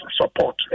support